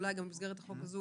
אולי במסגרת החוק הזה,